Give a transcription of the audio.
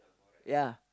ya